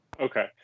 Okay